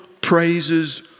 praises